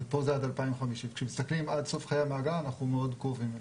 ופה זה עד 2050. כשמסתכלים עד סוף חיי המאגר אנחנו מאוד קרובים אליהם.